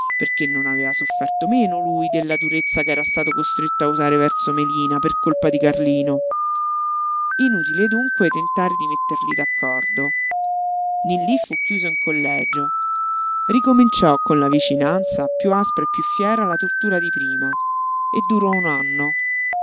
perché non aveva sofferto meno lui della durezza che era stato costretto a usare verso melina per colpa di carlino inutile dunque tentare di metterli d'accordo nillí fu chiuso in collegio ricominciò con la vicinanza piú aspra e piú fiera la tortura di prima e durò un anno